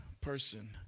person